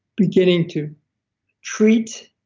beginning to treat,